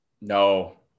No